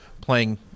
playing